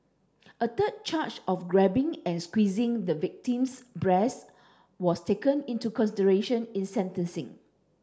a third charge of grabbing and squeezing the victim's breasts was taken into consideration in sentencing